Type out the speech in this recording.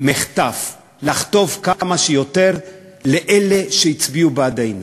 מחטף לחטוף כמה שיותר לאלה שהצביעו בעדנו.